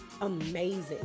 amazing